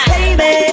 Baby